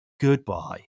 goodbye